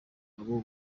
abo